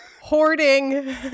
Hoarding